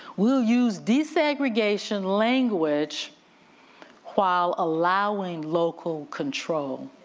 we'll use desegregation language while allowing local control,